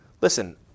Listen